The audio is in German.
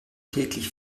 täglich